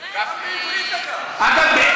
אגב,